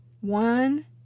One